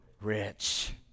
rich